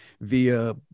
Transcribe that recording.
via